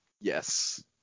Yes